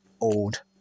Old